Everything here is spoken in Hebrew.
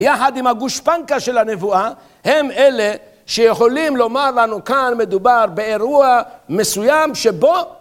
יחד עם הגושפנקה של הנבואה הם אלה שיכולים לומר לנו כאן מדובר באירוע מסוים שבו